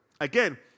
again